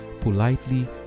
Politely